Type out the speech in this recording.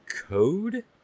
code